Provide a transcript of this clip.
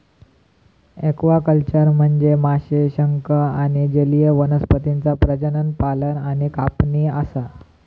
aquaculture म्हनजे माशे, शंख आणि जलीय वनस्पतींचा प्रजनन, पालन आणि कापणी असा